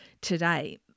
today